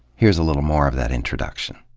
here's a little more of that introduction.